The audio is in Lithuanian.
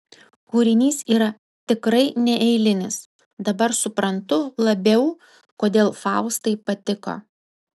kūrinys yra tikrai neeilinis dabar suprantu labiau kodėl faustai patiko